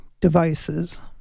devices